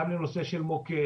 גם בנושא של מוקד,